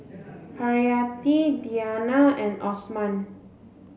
Haryati Diyana and Osman